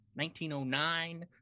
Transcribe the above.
1909